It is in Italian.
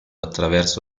attraverso